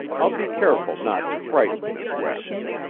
i'll be careful not to frighten miss west.